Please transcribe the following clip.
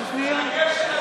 בעד יואב קיש,